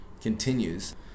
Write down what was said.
continues